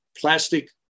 plastic